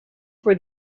for